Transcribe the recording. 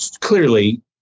clearly